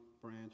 branch